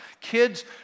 Kids